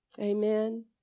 Amen